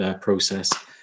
process